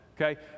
Okay